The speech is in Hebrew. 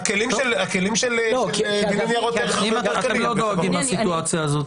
הכלים של דיני ניירות ערך --- אתם לא דואגים מהסיטואציה הזאת.